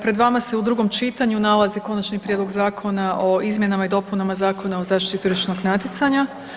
Pred vama se u drugom čitanju nalazi Konačni prijedlog Zakona o izmjenama i dopunama Zakona o zaštiti tržišnog natjecanja.